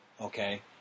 Okay